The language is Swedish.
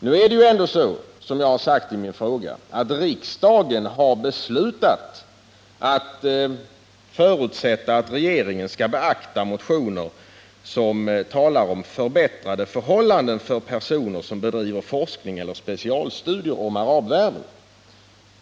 Nu är det ju ändå så, som jag sagt i min fråga, att riksdagen har beslutat att förutsätta att regeringen skall beakta motioner som talar om förbättrade förhållanden för personer som bedriver forskning eller specialstudier om arabvärlden.